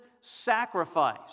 sacrifice